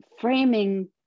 framing